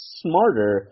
smarter